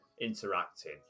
interacting